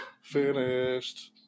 Finished